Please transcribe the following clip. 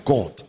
God